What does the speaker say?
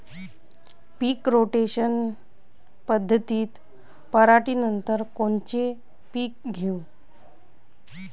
पीक rotation पद्धतीत पराटीनंतर कोनचे पीक घेऊ?